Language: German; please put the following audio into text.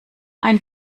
ein